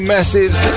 Massives